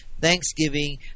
Thanksgiving